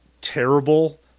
terrible